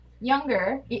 younger